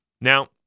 Now